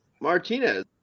Martinez